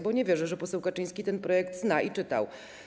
Bo nie wierzę, że poseł Kaczyński ten projekt zna i czytał.